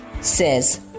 says